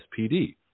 SPD